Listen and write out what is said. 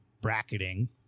bracketing